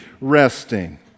resting